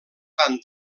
tan